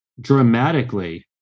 dramatically